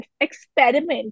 experiment